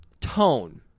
tone